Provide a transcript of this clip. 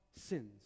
sins